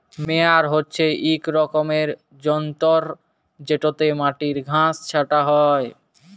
মেয়ার হছে ইক রকমের যল্তর যেটতে মাটির ঘাঁস ছাঁটা হ্যয়